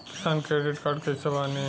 किसान credit card कइसे बानी?